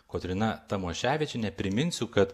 kotryna tamoševičienė priminsiu kad